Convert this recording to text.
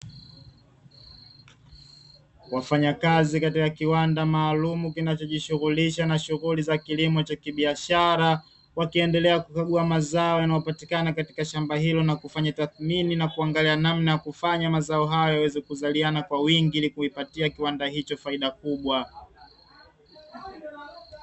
Wafanyakazi katika kiwanda maalumu kinacho jishughulisha na shughuli za kilimo cha kibiashara, wakiendelea kukagua mazao yanayopatikana katika shamba hilo na kufanya tathimini na kuangalia namna ya kufanya mazao hayo yaweze kuzaliana kwa wingi ili kuipatia kiwanda hicho faida kubwa.